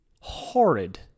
Horrid